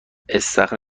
استخر